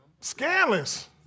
scandalous